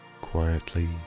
quietly